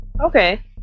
Okay